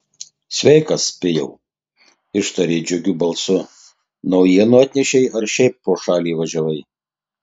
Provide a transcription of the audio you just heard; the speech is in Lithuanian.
sveikas pijau ištarė džiugiu balsu naujienų atnešei ar šiaip pro šalį važiavai